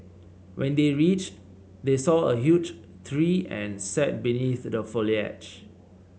when they reached they saw a huge tree and sat beneath the foliage